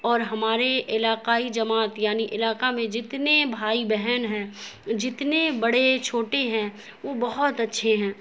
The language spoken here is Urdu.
اور ہماری علاقائی جماعت یعنی علاقہ میں جتنے بھائی بہن ہیں جتنے بڑے چھوٹے ہیں وہ بہت اچھے ہیں